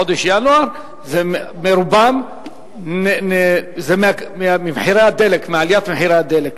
בחודש ינואר, רובן זה מעליית מחירי הדלק.